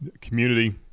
community